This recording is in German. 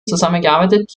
zusammengearbeitet